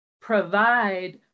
provide